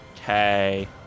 Okay